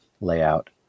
layout